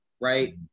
right